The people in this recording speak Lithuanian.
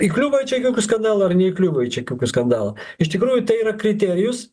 įkliuvo į čekiukų skandalą ar neįkliuvo į čekiukų skandalą iš tikrųjų tai yra kriterijus